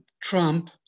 Trump